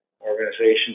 organization